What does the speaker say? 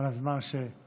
ואת מה שהעברת.